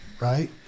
right